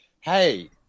hey